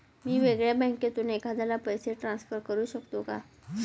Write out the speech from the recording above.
मी वेगळ्या बँकेतून एखाद्याला पैसे ट्रान्सफर करू शकतो का?